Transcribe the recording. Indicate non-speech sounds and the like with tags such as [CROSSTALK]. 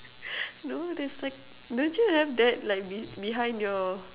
[LAUGHS] no there's like don't you have that like be~ behind your